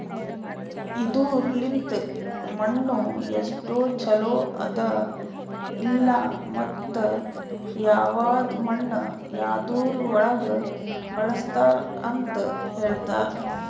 ಇದುರ್ ಲಿಂತ್ ಮಣ್ಣು ಎಸ್ಟು ಛಲೋ ಅದ ಇಲ್ಲಾ ಮತ್ತ ಯವದ್ ಮಣ್ಣ ಯದುರ್ ಒಳಗ್ ಬಳಸ್ತಾರ್ ಅಂತ್ ಹೇಳ್ತಾರ್